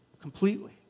completely